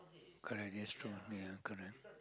correct that's true ya correct